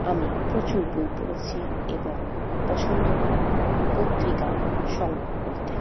আমি প্রচুর বই পড়েছি এবং পছন্দ করি পত্রিকা সংগ্রহ করতে